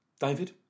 David